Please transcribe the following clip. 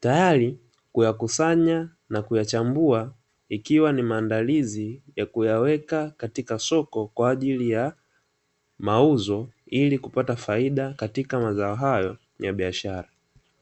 tayari kuyakusanya na kuyachumbua ikiwa ni maandalizi ya kuyaweka katika soko, kwa ajili ya mauzo ili kupata faida katika mazao hayo ya biashara.